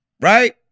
Right